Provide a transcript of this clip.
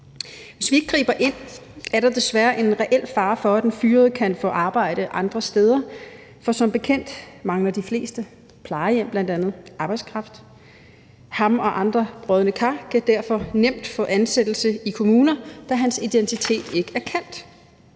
Hvis vi ikke griber ind, er der desværre en reel fare for, at den fyrede kan få arbejde andre steder, for som bekendt mangler bl.a. de fleste plejehjem arbejdskraft. Han og andre brodne kar kan derfor nemt få ansættelse i andre kommuner, da hans identitet ikke er kendt.